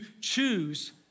choose